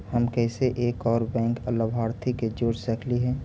हम कैसे एक और बैंक लाभार्थी के जोड़ सकली हे?